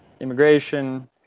immigration